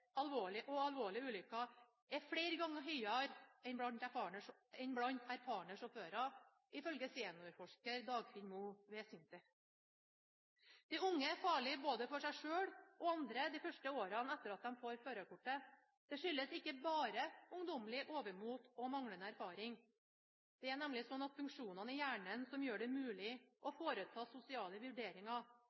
og alvorlige ulykker er flere ganger høyere enn blant erfarne sjåfører, ifølge seniorforsker Dagfinn Moe ved SINTEF. De unge er farlige både for seg selv og andre de første årene etter at de får førerkortet. Det skyldes ikke bare ungdommelig overmot og manglende erfaring. Det er nemlig sånn at funksjonene i hjernen som gjør det mulig å foreta sosiale vurderinger,